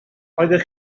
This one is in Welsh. oeddech